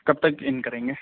کب تک ان کریں گے